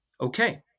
Okay